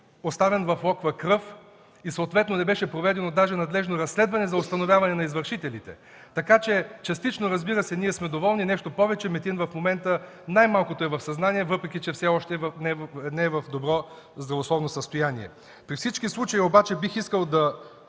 оставен в локва кръв и съответно не беше проведено даже надлежно разследване за установяване на извършителите, така че частично, разбира се, ние сме доволни. Нещо повече, Метин в момента най-малкото е в съзнание, въпреки че все още не е в добро здравословно състояние. При всички случаи обаче бих искал да